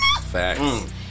Facts